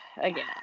Again